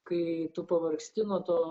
kai tu pavargsti nuo to